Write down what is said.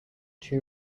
two